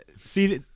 See